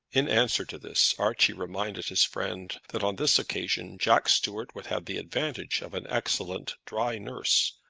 in answer to this, archie reminded his friend that on this occasion jack stuart would have the advantage of an excellent dry-nurse,